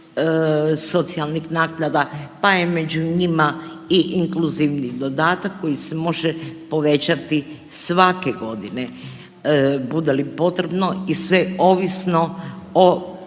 socijalnih naknada, pa je među njima i inkluzivni dodatak koji se može povećati svake godine bude li potrebno i sve ovisno o